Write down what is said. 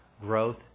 Growth